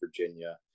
Virginia